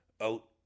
out